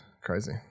Crazy